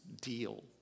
deal